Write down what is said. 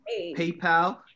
PayPal